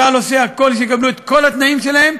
צה"ל עושה הכול כדי שהם יקבלו את כל התנאים שלהם.